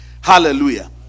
Hallelujah